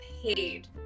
paid